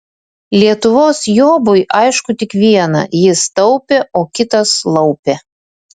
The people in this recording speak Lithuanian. lietuvos jobui aišku tik viena jis taupė o kitas laupė